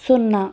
సున్నా